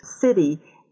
city